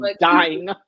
dying